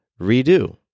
redo